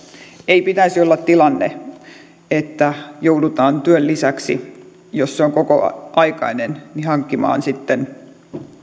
ei pitäisi olla tilannetta että joudutaan työn lisäksi jos se on kokoaikainen hankkimaan